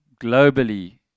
globally